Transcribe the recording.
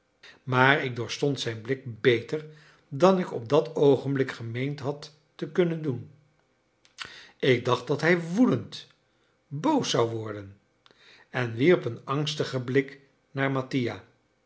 maar ik doorstond zijn blik beter dan ik op dat oogenblik gemeend had te kunnen doen ik dacht dat hij woedend boos zou worden en wierp een angstigen blik naar mattia